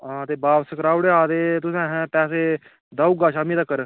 ते तुसें ऐहें पैसे देई ओड़गा शामीं तगर